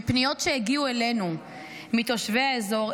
מפניות שהגיעו אלינו מתושבי האזור,